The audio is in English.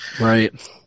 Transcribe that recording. right